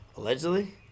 Allegedly